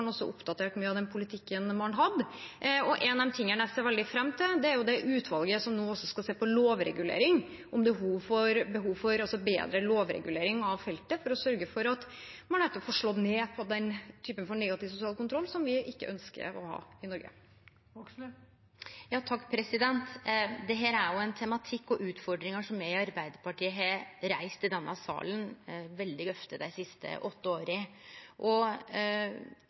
mye av den politikken man hadde. En av de tingene jeg ser veldig fram til, er det utvalget som nå skal se på lovregulering, om det er behov for bedre lovregulering av feltet for å sørge for at man nettopp får slått ned på den typen negativ sosial kontroll som vi ikke ønsker å ha i Norge. Dette er jo ein tematikk og utfordringar som me i Arbeidarpartiet har reist i denne salen veldig ofte dei siste åtte